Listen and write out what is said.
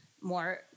more